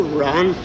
run